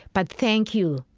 but thank you.